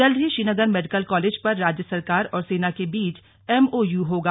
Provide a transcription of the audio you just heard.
जल्द ही Srinagar medical college पर राज्य सरकार और सेना के बीच एम ओ यू होगा